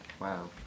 Wow